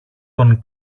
τον